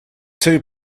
two